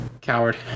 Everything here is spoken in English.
coward